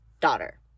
daughter